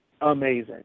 amazing